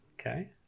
Okay